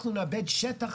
אנחנו נאבד שטח,